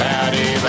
Patty